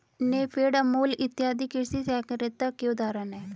नेफेड, अमूल इत्यादि कृषि सहकारिता के उदाहरण हैं